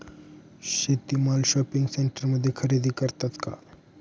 शेती माल शॉपिंग सेंटरमध्ये खरेदी करतात का?